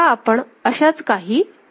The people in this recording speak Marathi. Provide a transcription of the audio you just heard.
आता आपण अशाच काही रचना पाहू